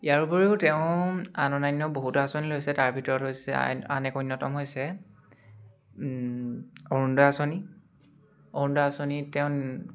ইয়াৰ উপৰিও তেওঁ আন অন্যান্য বহুতো আঁচনি লৈছে তাৰ ভিতৰত হৈছে আই আন এক অন্যতম হৈছে অৰুণোদয় আঁচনি অৰুণোদয় আঁচনি তেওঁ